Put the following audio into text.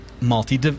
Multi